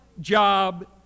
job